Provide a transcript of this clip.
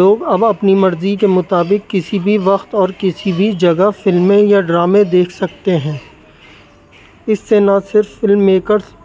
لوگ اب اپنی مرضی کے مطابق کسی بھی وقت اور کسی بھی جگہ فلمیں یا ڈرامے دیکھ سکتے ہیں اس سے نہ صرف فلم میکرس